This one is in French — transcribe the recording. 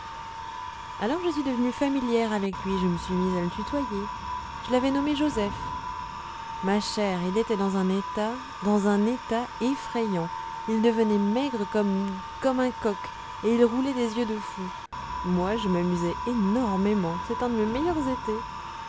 alors je suis devenue familière avec lui je me suis mise à le tutoyer je l'avais nommé joseph ma chère il était dans un état dans un état effrayant il devenait maigre comme comme un coq et il roulait des yeux de fou moi je m'amusais énormément c'est un de mes meilleurs étés